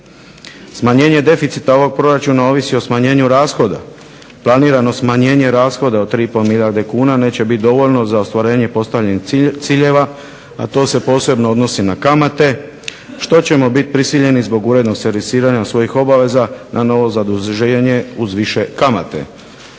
Smanjenje deficita ovog proračuna ovisi o smanjenju rashoda. Planirano smanjenje rashoda od 3,5 milijarde kuna neće biti dovoljno za ostvarenje postavljenih ciljeva, a to se posebno odnosi na kamate što ćemo biti prisiljeni zbog urednog servisiranja svojih obaveza na novo zaduženje uz više kamate.